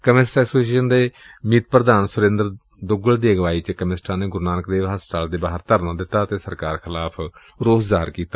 chemist association ਦੇ ਮੀਤ ਪ੍ਰਧਾਨ ਸੁਰਿੰਦਰ ਦੁੱਗਲ ਦੀ ਅਗਵਾਈ ਚ ਕੈਮਿਸਟਾਂ ਨੇ ਗੁਰੁ ਨਾਨਕ ਦੇਵ ਹਸਪਤਾਲ ਦੇ ਬਾਹਰ ਧਰਨਾ ਦਿੱਤਾ ਅਤੇ ਸਰਕਾਰ ਖਿਲਾਫ਼ ਰੋਸ ਪ੍ਰਗਟ ਕੀਤਾ